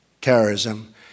terrorism